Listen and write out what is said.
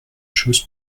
chose